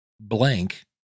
blank